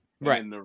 Right